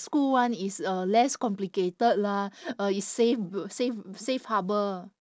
school [one] is uh less complicated lah uh it's safe safe safe harbour